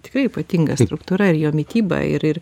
tikrai ypatinga struktūra ir jo mityba ir ir